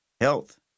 health